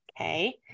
Okay